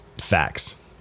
facts